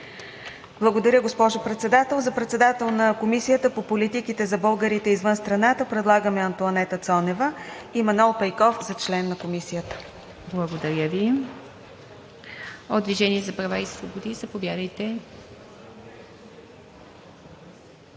Благодаря, госпожо Председател. За председател на Комисията по политиките за българите извън страната предлагаме Антоанета Цонева. За член на Комисията предлагаме Манол Пейков. Благодаря Ви. От „Движение за права и свободи“ – заповядайте.